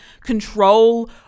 control